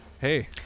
Hey